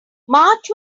march